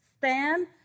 stand